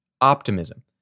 optimism